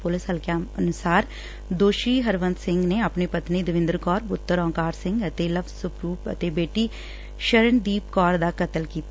police ਹਲਕਿਆਂ ਅਨੁਸਾਰ ਦੋਸ਼ੀ ਹਰਵੰਤ ਸਿੰਘ ਨੇ ਆਪਣੀ ਪਤਨੀ ਦਵਿੰਦਰ ਕੌਰ ਪੁੱਤਰ ਔਕਾਰ ਸਿੰਘ ਅਤੇ ਲਵਰੂਪ ਸਿੰਘ ਅਤੇ ਬੇਟੀ ਸ਼ਰਣਜੀਤ ਕੌਰ ਦਾ ਕਤਲ ਕੀਤਾ